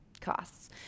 costs